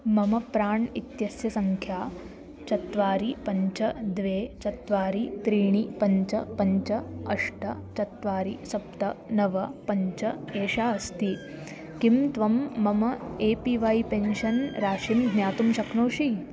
मम प्राण् इत्यस्य सङ्ख्या चत्वारि पञ्च द्वे चत्वारि त्रीणि पञ्च पञ्च अष्ट चत्वारि सप्त नव पञ्च एषा अस्ति किं त्वं मम ए पी वै पेन्शन् राशिं ज्ञातुं शक्नोषि